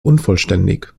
unvollständig